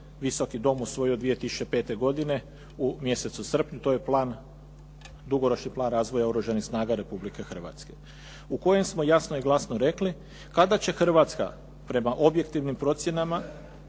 Visoki dom usvojio 2005. godine u mjesecu srpnju, to je dugoročni plan razvoja Oružanih snaga Republike Hrvatske u kojem smo jasno i glasno rekli kada će Hrvatska prema objektivnim procjenama